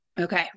Okay